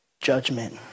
judgment